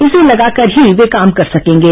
इसे लगाकर ही वे काम कर सकेंगे